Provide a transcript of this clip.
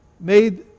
made